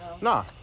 Nah